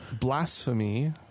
blasphemy